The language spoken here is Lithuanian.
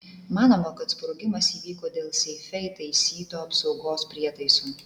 manoma kad sprogimas įvyko dėl seife įtaisyto apsaugos prietaiso